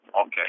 okay